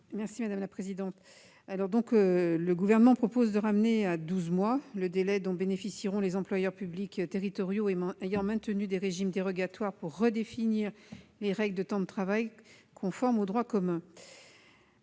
Le Gouvernement propose, par l'amendement n° 387, de ramener à douze mois le délai dont bénéficieront les employeurs publics territoriaux ayant maintenu des régimes dérogatoires pour redéfinir des règles de temps de travail conformes au droit commun.